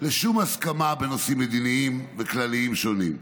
לשום הסכמה בנושאים מדיניים וכלליים שונים.